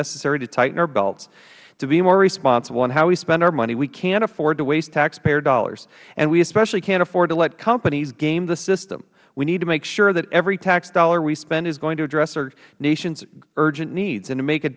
necessary to tighten our belts to be more responsible in how we spend our money we cant afford to waste taxpayer dollars we especially cant afford to let companies game the system we need to make sure that every tax dollar we spend is going to address our nations urgent needs and to make a